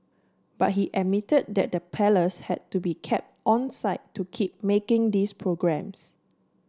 but he admitted that the Palace had to be kept onside to keep making these programmes